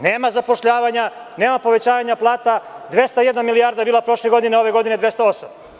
Nema zapošljavanja, nema povećanja plata, a 201 milijarda je bila prošle godine, a ove 208?